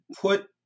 put